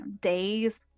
days